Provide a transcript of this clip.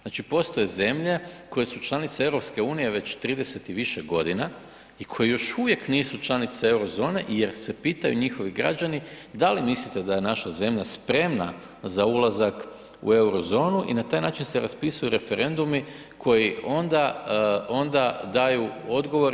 Znači postoje zemlje koje su članice EU već 30 i više godina i koje još uvijek nisu članice Eurozone jer se pitaju njihovi građani da li mislite da je naša zemlja spremna za ulazak u Eurozonu i na taj način se raspisuju referendumi koji onda daju odgovor.